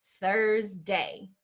Thursday